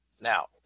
Now